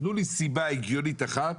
תנו לי סיבה הגיונית אחת